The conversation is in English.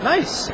Nice